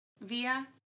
via